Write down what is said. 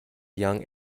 young